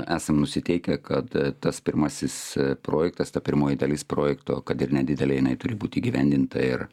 esam nusiteikę kad tas pirmasis projektas ta pirmoji dalis projekto kad ir nedidelė jinai turi būt įgyvendinta ir